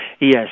Yes